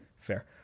Fair